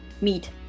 meet